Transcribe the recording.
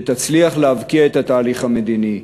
שתצליח להבקיע את התהליך המדיני,